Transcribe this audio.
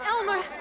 Elmer